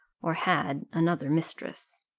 or had, another mistress.